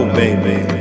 baby